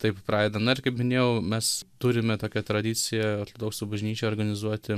taip pradedam na ir kaip minėjau mes turime tokią tradiciją ortodoksų bažnyčioj organizuoti